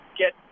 get